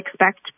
expect